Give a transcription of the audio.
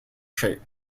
shape